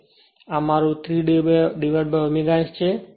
તેથી આ મારું 3ω S છે